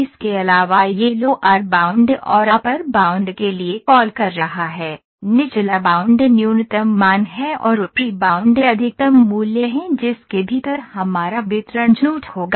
इसके अलावा यह लोअर बाउंड और अपर बाउंड के लिए कॉल कर रहा है निचला बाउंड न्यूनतम मान है और ऊपरी बाउंड अधिकतम मूल्य है जिसके भीतर हमारा वितरण झूठ होगा